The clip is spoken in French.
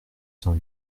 cent